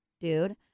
dude